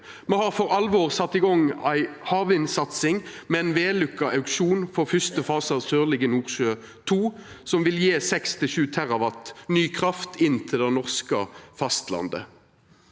Me har for alvor sett i gang ei havvindsatsing med ein vellukka auksjon på første fase av Sørlige Nordsjø II, som vil gje 6–7 TWh ny kraft inn til det norske fastlandet.